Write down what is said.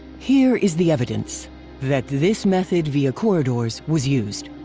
here is the evidence that this method via corridors was used.